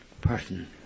person